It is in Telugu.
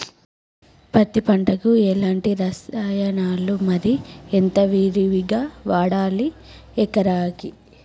పత్తి పంటకు ఎలాంటి రసాయనాలు మరి ఎంత విరివిగా వాడాలి ఎకరాకి?